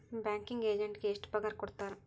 Banking ಎಜೆಂಟಿಗೆ ಎಷ್ಟ್ ಪಗಾರ್ ಕೊಡ್ತಾರ್?